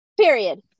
period